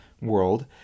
world